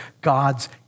God's